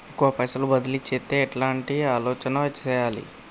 ఎక్కువ పైసలు బదిలీ చేత్తే ఎట్లాంటి ఆలోచన సేయాలి?